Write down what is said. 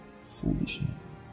foolishness